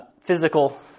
physical